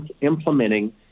implementing